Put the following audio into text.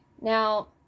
Now